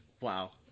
Wow